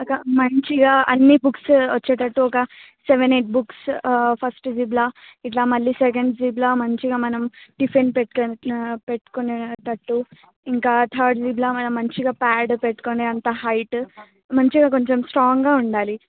ఒక మంచిగా అన్ని బుక్స్ వచ్చేటట్టుగా సెవెన్ ఎయిట్ బుక్స్ ఫస్ట్ జిప్లో ఇట్లా మళ్ళి సెకండ్ జిప్లో మంచిగా మనం టిఫిన్ పెట్టుకునే పెట్టుకునేటట్టు ఇంకా తర్డ్ జిప్లో మనం మంచిగా ప్యాడ్ పెట్టుకునే అంత హైట్ మంచిగా కొంచెం స్ట్రాంగ్గా ఉండాలి